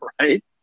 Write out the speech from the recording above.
right